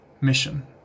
mission